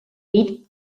eight